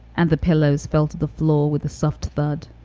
and the pillows fell to the floor with a soft thud,